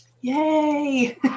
yay